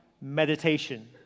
meditation